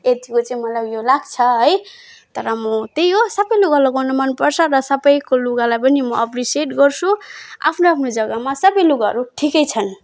यतिको चाहिँ मलाई उयो लाग्छ है तर म त्यही हो सबै लुगा लगाउन मनपर्छ र सबैको लुगालाई पनि अप्रिसिएट गर्छु आफ्नो आफ्नो जग्गामा सबै लुगाहरू ठिकै छन्